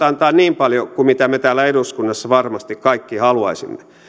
antaa niin paljon kuin mitä me täällä eduskunnassa varmasti kaikki haluaisimme